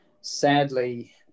Sadly